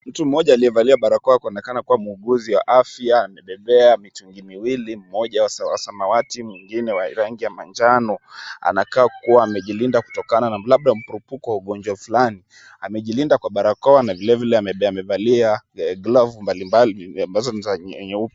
Mtu mmoja aliyevalia barakoa kuonekana kuwa muuguzi wa afya, akitembea na vijiti viwili moja wa samawati mwingine wa rangi ya manjano. Anakaa kuwa amejilinda kutokana labda mkurupuko wa ugonjwa fulani amejilinda kwa barakoa na vilevile amevalia glovu mbalimbali ambazo ni za nyeupe.